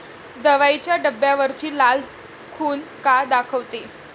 दवाईच्या डब्यावरची लाल खून का दाखवते?